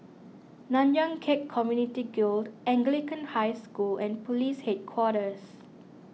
Nanyang Khek Community Guild Anglican High School and Police Headquarters